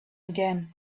again